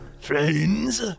friends